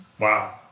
Wow